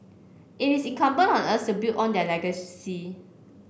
it is incumbent on us build on their legacy